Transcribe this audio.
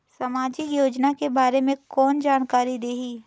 समाजिक योजना के बारे मे कोन जानकारी देही?